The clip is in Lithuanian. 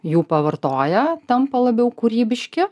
jų pavartoję tampa labiau kūrybiški